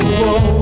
whoa